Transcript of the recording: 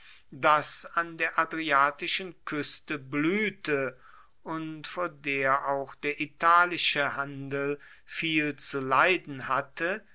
das an der adriatischen kueste bluehte und vor der auch der italische handel viel zu leiden hatte